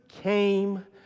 came